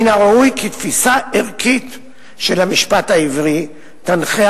מן הראוי כי תפיסה ערכית זו של המשפט העברי תנחה